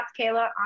Kayla